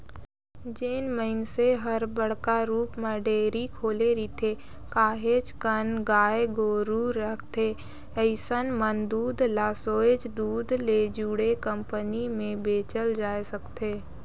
जेन मइनसे हर बड़का रुप म डेयरी खोले रिथे, काहेच कन गाय गोरु रखथे अइसन मन दूद ल सोयझ दूद ले जुड़े कंपनी में बेचल जाय सकथे